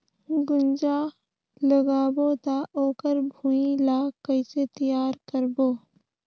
गुनजा लगाबो ता ओकर भुईं ला कइसे तियार करबो?